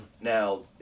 Now